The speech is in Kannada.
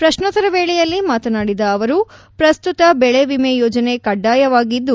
ಪ್ರಶ್ನೋತ್ತರ ವೇಳೆಯಲ್ಲಿ ಮಾತನಾಡಿದ ಅವರು ಪ್ರಸ್ತುತ ಬೆಳೆ ವಿಮೆ ಯೋಜನೆ ಕಡ್ಡಾಯವಾಗಿದ್ದು